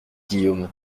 guillaume